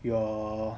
your